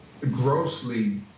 grossly